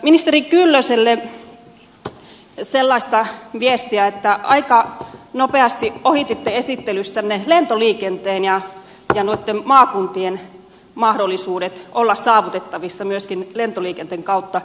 ministeri kyllöselle sellaista viestiä että aika nopeasti ohititte esittelyssänne lentoliikenteen ja maakuntien mahdollisuudet olla saavutettavissa myös lentoliikenteen kautta